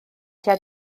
tua